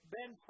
Ben